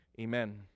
amen